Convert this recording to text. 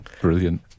Brilliant